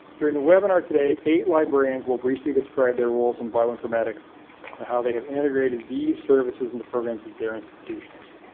during the webinar today eight librarians will briefly describe their roles in bioinformatics and ah how they have integrated these services in the programs of their institutions.